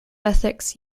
ethics